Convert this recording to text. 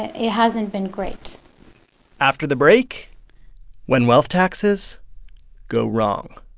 it hasn't been great after the break when wealth taxes go wrong